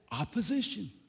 opposition